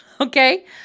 Okay